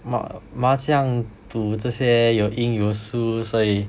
ma~ 麻将赌这些有赢有输所以